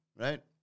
right